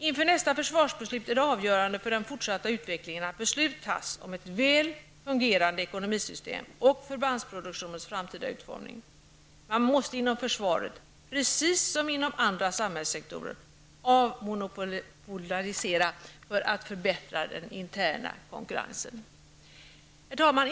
Inför nästa försvarsbeslut är det avgörande för den fortsatta utvecklingen att beslut fattas om ett väl fungerande ekonomisystem och förbandsproduktionens framtida utformning. Man måste inom försvaret, precis som inom andra samhällssektorer, avmonopolisera för att förbättra den interna konkurrensen. Herr talman!